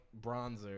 bronzer